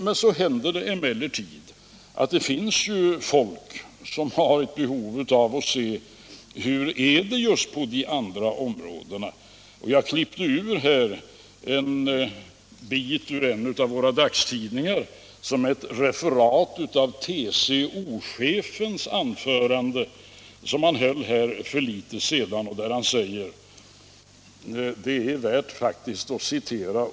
Det händer emellertid att det finns folk som har behov av att se hur det är just på de andra områdena. Jag klippte ur en bit ur en av våra dagstidningar — ett referat av ett anförande av TCO-chefen, som han höll för litet sedan. Det han där säger är värt att återge.